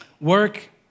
Work